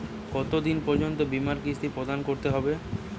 কতো দিন পর্যন্ত বিমার কিস্তি প্রদান করতে হবে?